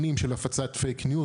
שנים של הפצת פייק ניוז,